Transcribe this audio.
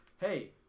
hey